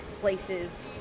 places